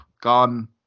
gone